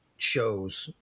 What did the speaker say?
shows